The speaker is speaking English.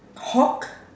Hulk